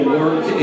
work